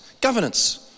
Governance